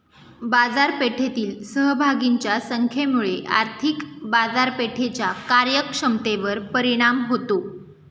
बाजारपेठेतील सहभागींच्या संख्येमुळे आर्थिक बाजारपेठेच्या कार्यक्षमतेवर परिणाम होतो